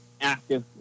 active